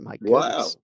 Wow